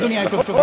אדוני היושב-ראש.